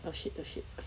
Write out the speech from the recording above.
oh shit oh shit